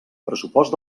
pressupost